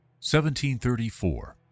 1734